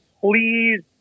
please